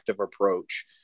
approach